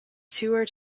tour